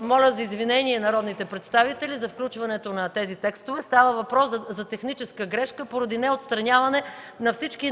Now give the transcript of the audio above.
Моля за извинение народните представители за включването на тези текстове. Става въпрос за техническа грешка поради неотстраняване на всички